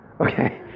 okay